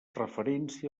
referència